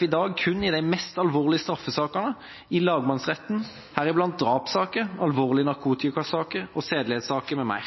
i dag kun i de mest alvorlige straffesakene i lagmannsretten, deriblant drapssaker, alvorlige narkotikasaker, sedelighetssaker mv.